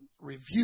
review